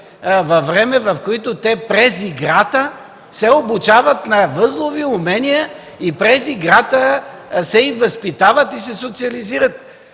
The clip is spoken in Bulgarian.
във време, в което те през играта се обучават на възлови умения и през играта се и възпитават и се социализират.